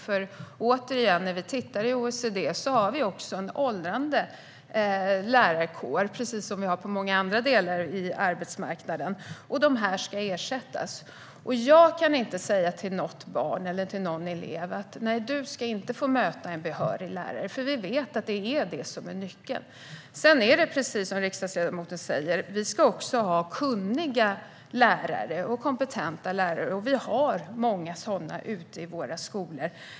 När vi jämför med hur det ser ut i OECD har vi en åldrande lärarkår, precis som vi har i många andra delar på arbetsmarknaden, och dessa lärare ska ersättas. Och jag kan inte säga till någon elev att den inte ska få möta en behörig lärare, för vi vet att det är det som är nyckeln. Sedan ska vi, precis som riksdagsledamoten säger, ha kunniga och kompetenta lärare, och vi har många sådana ute i våra skolor.